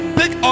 big